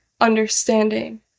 understanding